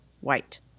White